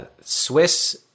Swiss